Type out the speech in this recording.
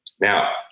Now